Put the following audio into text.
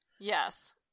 Yes